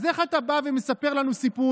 אז איך אתה בא ומספר לנו סיפורים?